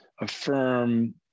affirm